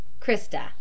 Krista